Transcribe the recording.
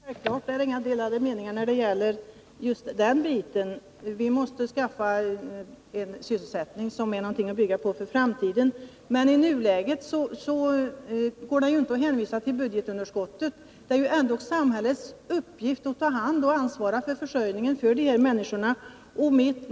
Herr talman! Alldeles självklart råder det inga delade meningar beträffandet det sista: Vi måste skapa sysselsättning som är någonting att bygga på för framtiden. Men i nuläget går det inte att hänvisa till budgetunderskottet. Det är ju ändå samhällets uppgift att ta hand om och ansvara för försörjningen för dessa människor.